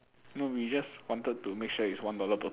no we just wanted to make sure it's one dollar per